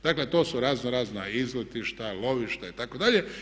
Dakle, to su raznorazna izletišta, lovišta itd.